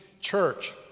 church